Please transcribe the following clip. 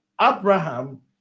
Abraham